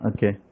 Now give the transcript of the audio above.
Okay